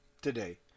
today